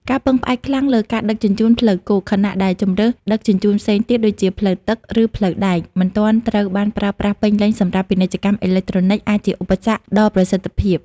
ការពឹងផ្អែកខ្លាំងលើការដឹកជញ្ជូនផ្លូវគោក ខណៈដែលជម្រើសដឹកជញ្ជូនផ្សេងទៀត (ដូចជាផ្លូវទឹក ឬផ្លូវដែក) មិនទាន់ត្រូវបានប្រើប្រាស់ពេញលេញសម្រាប់ ពាណិជ្ជកម្មអេឡិចត្រូនិក អាចជាឧបសគ្គដល់ប្រសិទ្ធភាព។